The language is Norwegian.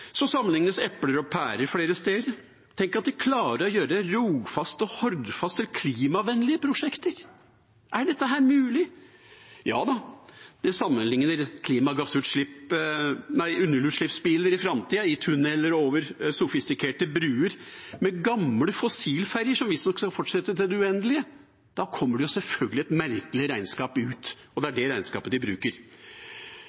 Så sammenlignes epler og pærer flere steder. Tenk at de klarer å gjøre Rogfast og Hordfast til klimavennlige prosjekter. Er det mulig? Ja, man sammenligner nullutslippsbiler i framtida i tunneler og over sofistikerte bruer med gamle fossilferjer som visstnok skal fortsette i det uendelige. Da kommer det selvfølgelig et merkelig regnskap ut, og det er